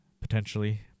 potentially